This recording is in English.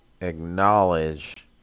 acknowledge